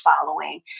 following